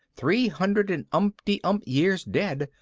three hundred and umpty-ump years dead,